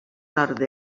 nord